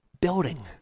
building